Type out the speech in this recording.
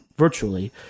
virtually